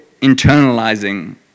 internalizing